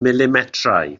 milimetrau